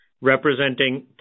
representing